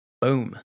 Boom